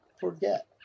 forget